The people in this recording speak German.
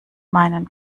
meinen